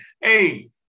Hey